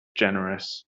generous